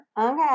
okay